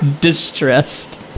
Distressed